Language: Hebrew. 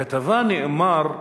בכתבה נאמר,